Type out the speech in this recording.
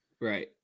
Right